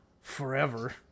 forever